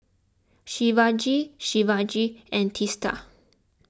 Shivaji Shivaji and Teesta